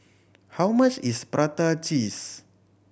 how much is prata cheese